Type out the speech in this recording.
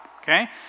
okay